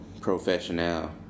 professional